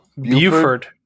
Buford